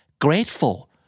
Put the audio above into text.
Grateful